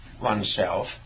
oneself